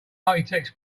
architects